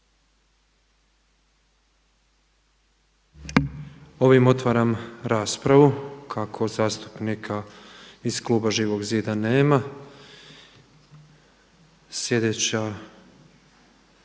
Ovim otvaram raspravu. Kako zastupnika iz kluba Živog zida nema.